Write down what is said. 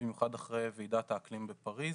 במיוחד אחרי ועידת האקלים בפריז,